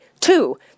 Two